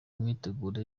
imyiteguro